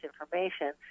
information